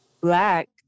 black